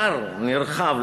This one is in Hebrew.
כר נרחב,